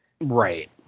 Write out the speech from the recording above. Right